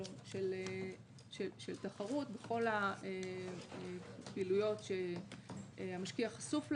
תחרות בכל הפעילויות שהמשקיע חשוף להן.